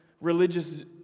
religious